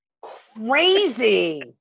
crazy